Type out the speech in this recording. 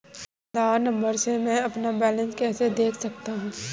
आधार number से मैं अपना बैलेंस कैसे देख सकता हूँ?